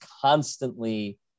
constantly